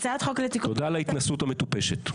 תודה על ההתנשאות המטופשת.